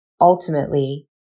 Ultimately